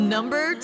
Number